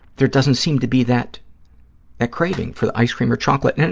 there doesn't seem to be that that craving for the ice cream or chocolate, and and